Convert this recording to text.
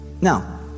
Now